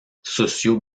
socio